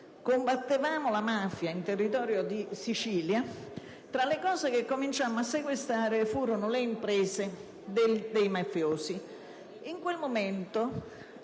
combattevamo la mafia in territorio di Sicilia, tra le cose che cominciammo a sequestrare furono le imprese dei mafiosi. In quel momento